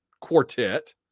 quartet